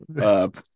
Up